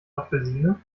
apfelsine